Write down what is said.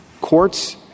Courts